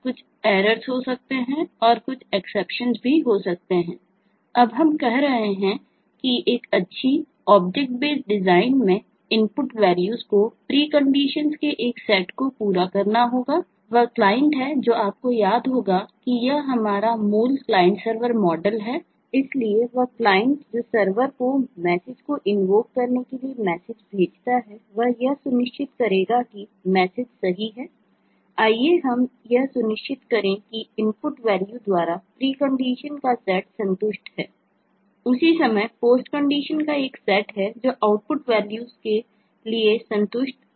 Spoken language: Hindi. अब हम कह रहे हैं कि एक अच्छी ऑब्जेक्ट बेस्ट डिजाइन के लिए संतुष्ट होना चाहिए